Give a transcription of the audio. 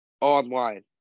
online